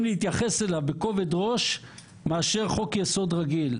להתייחס אליו בכובד ראש מאשר חוק-יסוד רגיל.